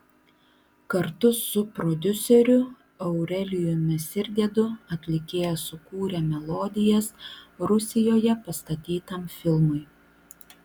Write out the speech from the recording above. kartu su prodiuseriu aurelijumi sirgedu atlikėja sukūrė melodijas rusijoje pastatytam filmui